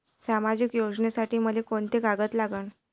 सामाजिक योजनेसाठी मले कोंते कागद लागन?